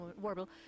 Warble